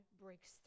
breaks